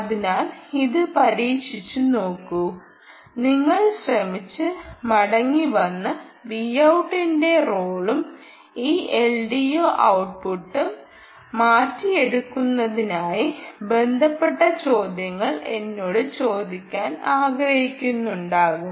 അതിനാൽ ഇത് പരീക്ഷിച്ചുനോക്കൂ നിങ്ങൾ ശ്രമിച്ച് മടങ്ങിവന്ന് Vout ട്ടിന്റെ റോളും ഈ എൽഡിഒ ഔട്ട്പുട്ടും മാറ്റിയെടുക്കുന്നതുമായി ബന്ധപ്പെട്ട ചോദ്യങ്ങൾ എന്നോട് ചോദിക്കാൻ ആഗ്രഹിക്കുന്നുണ്ടാകാം